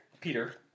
Peter